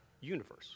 universe